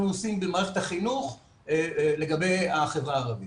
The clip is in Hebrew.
עושים במערכת החינוך לגבי החברה הערבית.